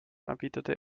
erwiderte